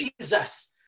Jesus